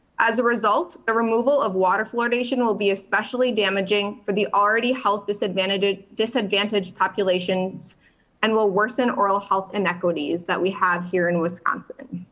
as a result, the removal of water fluoridation will be especially damaging for the already health disadvantaged ah disadvantaged populations and will worsen oral health inequities that we have here in wisconsin.